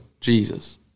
Jesus